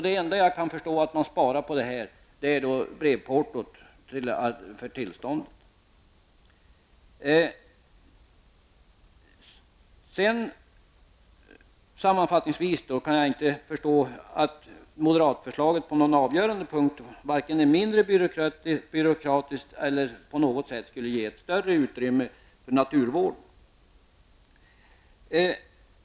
Det enda jag kan förstå att man sparar med det förslaget är brevportot för tillståndet. Sammanfattningsvis kan jag inte förstå att moderatförslaget vare sig är mindre byråkratiskt på någon punkt eller skulle ge ett större utrymme för naturvården.